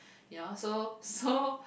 ya so so